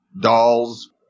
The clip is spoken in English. dolls